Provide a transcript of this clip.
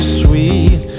sweet